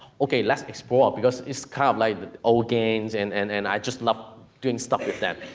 ok, let's explore, because it's kind of like old games, and and and i just love doing stuff with them. oh,